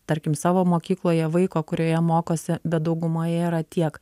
tarkim savo mokykloje vaiko kurioje mokosi bet daugumoje yra tiek